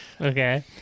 okay